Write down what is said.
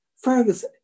Fergus